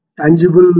tangible